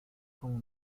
como